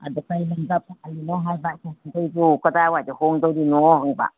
ꯑꯗꯣ ꯀꯩ ꯂꯝꯗ ꯄꯥꯜꯂꯤꯅꯣ ꯍꯥꯏꯕ ꯀꯗꯥꯏꯋꯥꯏꯗ ꯍꯣꯡꯗꯣꯔꯤꯅꯣ ꯍꯪꯕ